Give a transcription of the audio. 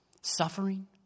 suffering